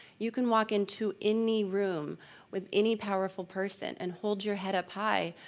you can walk into any room with any powerful person and hold your head up high.